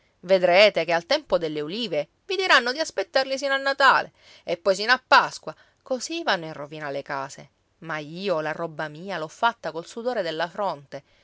vedrete che al tempo delle ulive vi diranno di aspettarli sino a natale e poi sino a pasqua così vanno in rovina le case ma io la roba mia l'ho fatta col sudore della fronte